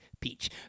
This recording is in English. Peach